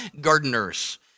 gardeners